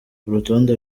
urutonde